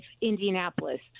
Indianapolis